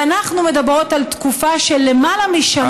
ואנחנו מדברות על תקופה של למעלה משנה,